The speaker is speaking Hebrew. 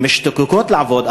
הן משתוקקות לעבוד,